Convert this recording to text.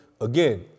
Again